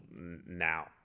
now